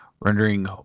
rendering